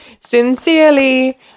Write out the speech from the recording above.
Sincerely